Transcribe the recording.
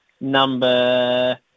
number